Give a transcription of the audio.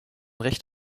recht